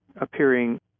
appearing